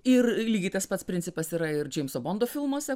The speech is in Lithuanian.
ir lygiai tas pats principas yra ir džeimso bondo filmuose